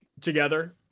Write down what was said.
together